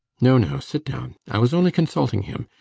no no. sit down. i was only consulting him.